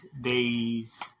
days